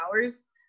hours